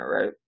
right